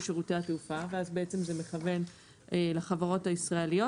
שירותי התעופה" ואז בעצם זה מכוון לחברות הישראליות,